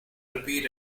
repeat